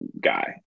guy